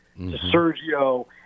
Sergio